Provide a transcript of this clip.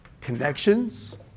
connections